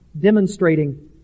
demonstrating